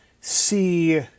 see